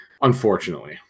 Unfortunately